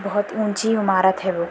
بہت اونچی عمارت ہے وہ